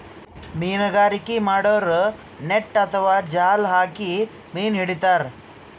ಮೀನ್ಗಾರಿಕೆ ಮಾಡೋರು ನೆಟ್ಟ್ ಅಥವಾ ಜಾಲ್ ಹಾಕಿ ಮೀನ್ ಹಿಡಿತಾರ್